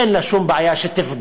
אין בה שום בעיה שתפגע,